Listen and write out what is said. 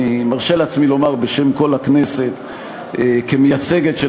אני מרשה לעצמי לומר בשם כל הכנסת כמייצגת של